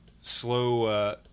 slow